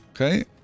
Okay